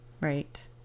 right